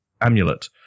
amulet